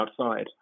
outside